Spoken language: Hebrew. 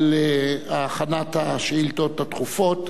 על הכנת השאילתות הדחופות.